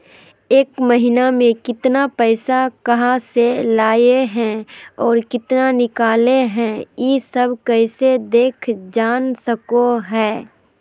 एक महीना में केतना पैसा कहा से अयले है और केतना निकले हैं, ई सब कैसे देख जान सको हियय?